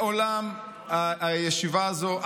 מעולם הישיבה הזו,